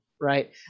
right